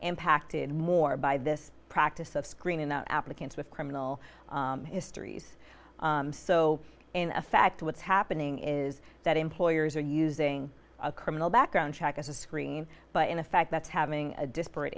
impacted more by this practice of screening the applicants with criminal histories so in effect what's happening is that employers are using a criminal background check as a screen but in effect that's having a disparate